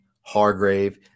hargrave